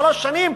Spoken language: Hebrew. שלוש שנים,